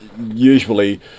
usually